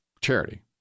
Charity